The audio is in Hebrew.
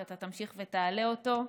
אני בטוחה שאתה תמשיך ותעלה אותו,